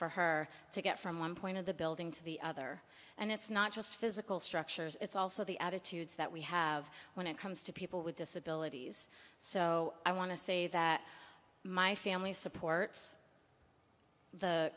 for her to get from one point of the building to the other and it's not just physical structures it's also the attitudes that we have when it comes to people with disabilities so i want to say that my family supports the